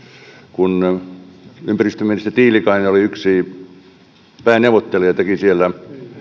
kun ympäristöministeri tiilikainen oli yksi pääneuvottelija ja teki siellä